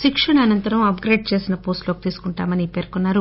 శిక్షణ అనంతరం అప్గ్రేడ్ చేసి పోస్టులోకి తీసుకుంటామని పేర్కొన్నారు